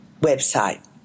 website